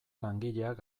langileak